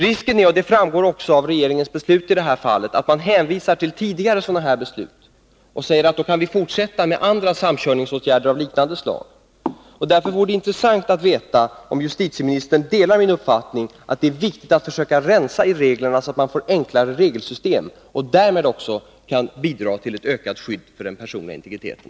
Risken är, och det framgår också av regeringens beslut i detta fall, att man hänvisar till tidigare liknande beslut och säger att vi då kan fortsätta med andra samkörningsåtgärder av liknande slag. Därför vore det intressant att veta om justitieministern delar min uppfattning att det är viktigt att försöka rensa i reglerna så att vi får enklare regelsystem och därmed också kan bidra till ett ökat skydd för den personliga integriteten.